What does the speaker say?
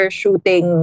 shooting